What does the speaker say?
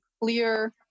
clear